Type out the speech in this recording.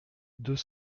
deux